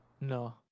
No